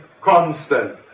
constant